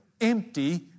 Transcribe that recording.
empty